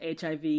HIV